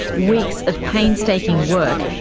weeks of painstaking work,